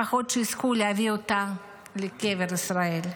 לפחות שיזכו להביא אותה לקבר ישראל.